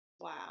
Wow